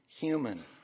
human